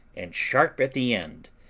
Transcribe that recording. and sharp at the end,